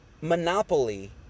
monopoly